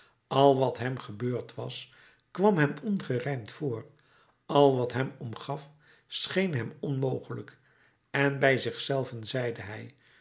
al wat hem gebeurd was kwam hem ongerijmd voor al wat hem omgaf scheen hem onmogelijk en bij zich zelven zeide hij